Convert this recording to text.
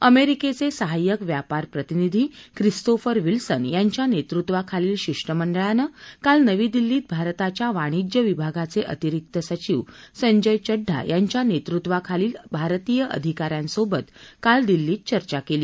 अमेरिकेचे सहाय्यक व्यापार प्रतिनिधी खिस्तोफर विल्सन यांच्या नेतृत्वाखालील शिष्टमंडळानं काल नवी दिल्लीत भारताच्या वाणिज्य विभागाचे अतिरिक्त सचिव संजय चड्ढा यांच्या नेतृत्वाखालील भारतीय अधिकाऱ्यांसोबत काल नवी दिल्लीत द्विपक्षीय चर्चा केली